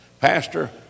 pastor